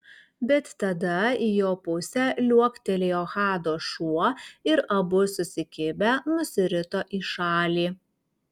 bet tada į jo pusę liuoktelėjo hado šuo ir abu susikibę nusirito į šalį